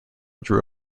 drew